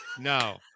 No